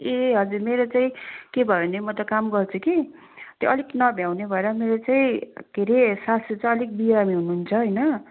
ए हजुर मेरो चाहिँ के भयो भने म त काम गर्थेँ कि त्यो अलिक नभ्याउने भएर मेरो चाहिँ के रे सासू चाहिँ अलिक बिरामी हुनुहुन्छ होइन